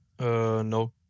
no